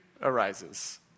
arises